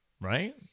right